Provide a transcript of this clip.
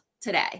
today